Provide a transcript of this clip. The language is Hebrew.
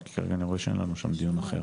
כי כרגע אני רואה שאין לנו שם דיון אחר.